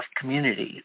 community